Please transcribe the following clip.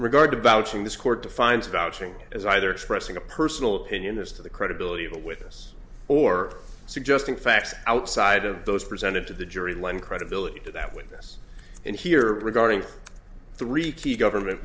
regarded vouching this court defines vouching as either expressing a personal opinion as to the credibility of a witness or suggesting facts outside of those presented to the jury lend credibility to that witness and here regarding three key government